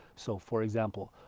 so for example,